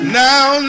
now